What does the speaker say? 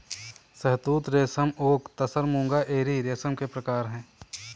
शहतूत रेशम ओक तसर मूंगा एरी रेशम के प्रकार है